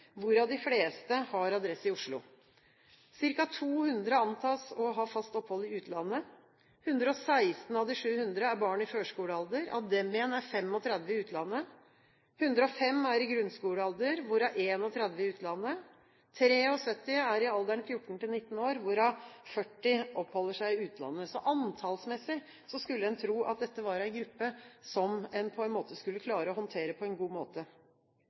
hvorav de fleste har adresse i Oslo. Circa 200 antas å ha fast opphold i utlandet. 116 av de 700 er barn i førskolealder, av dem igjen er 35 i utlandet. 105 er i grunnskolealder, hvorav 31 i utlandet. 73 er i alderen 14–19 år, hvorav 40 oppholder seg i utlandet. Antallsmessig skulle en tro at dette var en gruppe som en på en måte skulle klare å håndtere på en god måte,